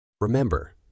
Remember